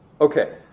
Okay